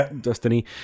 destiny